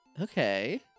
Okay